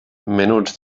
menuts